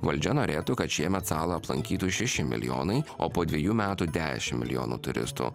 valdžia norėtų kad šiemet salą aplankytų šeši milijonai o po dvejų metų dešimt milijonų turistų